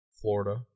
Florida